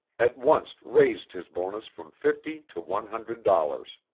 at once raised his bonus from fifty to one hundred dollars.